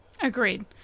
Agreed